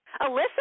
Alyssa